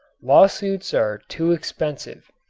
lawsuits are too expensive.